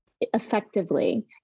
effectively